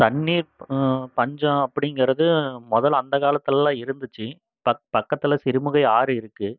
தண்ணீர் பஞ்சம் அப்படீங்கிறது முதலில் அந்தக் காலத்துலல்லாம் இருந்துச்சு ப பக்கத்தில் சிறுமுகை ஆறு இருக்கு